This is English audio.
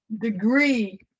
degree